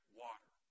water